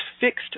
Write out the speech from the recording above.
fixed